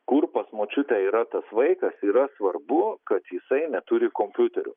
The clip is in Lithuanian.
kur pas močiutę yra tas vaikas yra svarbu kad jisai neturi kompiuterių